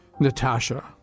Natasha